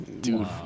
Dude